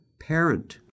Parent